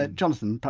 ah jonathan,